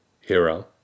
hero